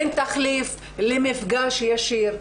אין תחליף למפגש ישיר.